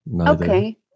Okay